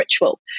ritual